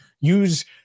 use